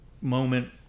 moment